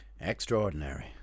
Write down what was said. extraordinary